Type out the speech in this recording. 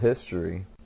history